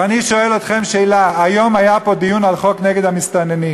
ואני שואל אתכם שאלה: היום היה פה דיון על חוק נגד המסתננים.